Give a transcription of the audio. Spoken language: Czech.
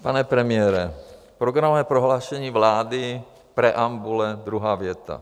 Pane premiére, v programovém prohlášení vlády preambule, druhá věta: